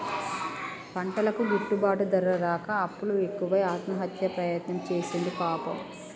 పంటలకు గిట్టుబాటు ధర రాక అప్పులు ఎక్కువై ఆత్మహత్య ప్రయత్నం చేసిండు పాపం